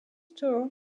tour